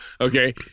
okay